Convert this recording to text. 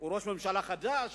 ראש ממשלה חדש,